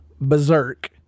berserk